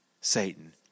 Satan